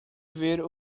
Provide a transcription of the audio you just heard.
ver